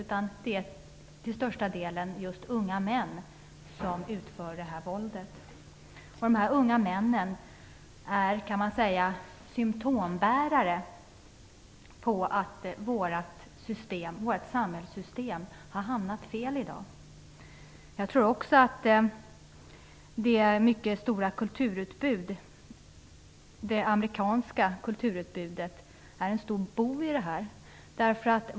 Utan till största delen är det unga män som utför detta våld. Dessa unga män är symtombärare - skulle man kunna säga - på att vårt samhällssystem har hamnat fel i dag. Jag tror också att det mycket stora amerikanska kulturutbudet är en stor bov i det här sammanhanget.